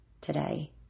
today